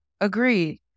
Agreed